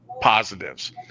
positives